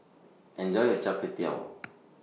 Enjoy your Chai Kway Tow